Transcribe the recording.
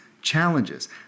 challenges